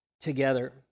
together